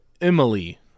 Emily